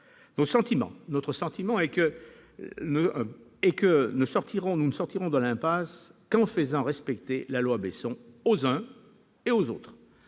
Notre sentiment est que nous ne sortirons de l'impasse qu'en faisant respecter la loi Besson par les uns et par les autres